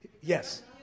Yes